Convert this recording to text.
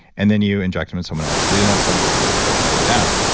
and then you inject them in someone else. if they didn't have clinical studies, they shut it down.